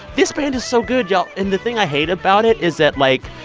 this band is so good, y'all. and the thing i hate about it is that, like,